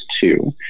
two